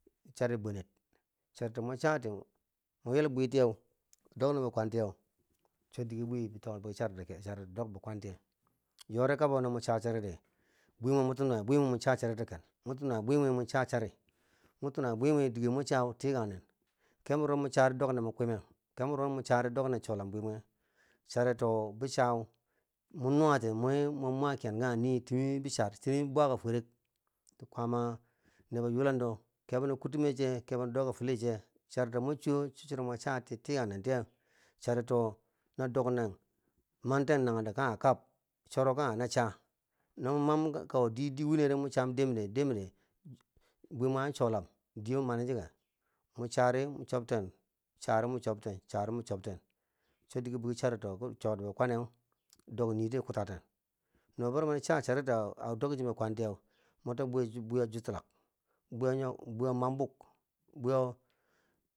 Chari bwene, charito mo chati a ywel bwitiyeu a dok nen bi kwantiyeu, cho dike bitiki biki charido ken yori kabo no mo cha chari dibweme mo tinuwai moti nuwai bwimwi mo cha chari moti nuwai bwimi mo cha chari muki nuwai bwumi dike mur cha tikangne kebona wo mo chari dok nek mo kwime kebo wuro mun cha ti sholam bwimeh charito wo mo cha mo nuwati mwi ni mwa ma kyen kanghe nii timi besar timi bwaka fware to, kwaama nebo yulando kebo na kutume me che kebo na doka fili che, charito mo choo cho chuwo mwa chati a tikan nen tiye, charito na dok nen manten nanghen do kanghe kab choro kanghena cha na mo mam kawo di di wim ne ri mo cham no din di dimdi bwimwean cholam diye mo mani chike mo chari mo chobtain mo chobten mo chari mo chobtain, cho dige bwi charito ki chobete bi kwan dok rii ti kutaten, no bo mam cha charito dok chi bi kwan tiye mo to bwiyo jutulak, bwiyo nuyo bwiyo mam buk bwiyo.